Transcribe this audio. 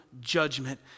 judgment